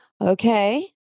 okay